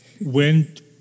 went